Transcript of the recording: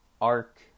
arc